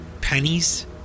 Pennies